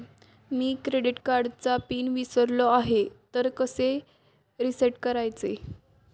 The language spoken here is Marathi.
मी क्रेडिट कार्डचा पिन विसरलो आहे तर कसे रीसेट करायचे?